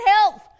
health